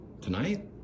tonight